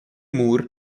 moore